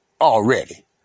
already